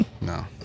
No